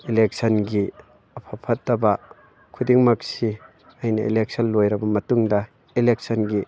ꯏꯂꯦꯛꯁꯟꯒꯤ ꯑꯐ ꯐꯠꯇꯕ ꯈꯨꯗꯤꯡꯃꯛꯁꯤ ꯑꯩꯅ ꯏꯂꯦꯛꯁꯟ ꯂꯣꯏꯔꯕ ꯃꯇꯨꯡꯗ ꯏꯂꯦꯛꯁꯟꯒꯤ